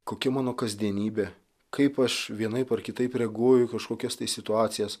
kokia mano kasdienybė kaip aš vienaip ar kitaip reaguoju į kažkokias tai situacijas